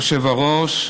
אדוני היושב-ראש,